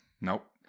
Nope